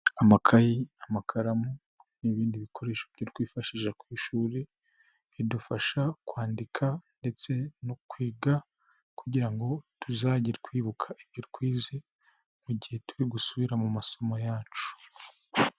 Amakayi, amakaramu n'ibindi bikoresho byo kwifashisha ku ishuri, bidufasha kwandika ndetse no kwiga kugira ngo tuzajye twibuka ibyo twize mu gihe turi gusubira mu masomo yacu.